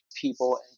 people